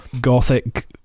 gothic